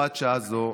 בהוראת שעה זו,